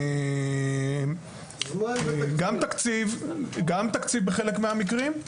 החסם הוא גם תקציב בחלק מהמקרים,